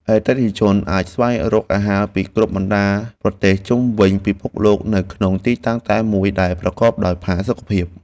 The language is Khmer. អតិថិជនអាចស្វែងរកអាហារពីគ្រប់បណ្តាប្រទេសជុំវិញពិភពលោកនៅក្នុងទីតាំងតែមួយដែលប្រកបដោយផាសុកភាព។